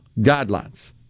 guidelines